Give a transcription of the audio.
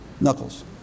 knuckles